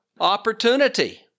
opportunity